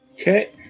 okay